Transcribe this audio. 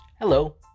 Hello